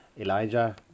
Elijah